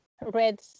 red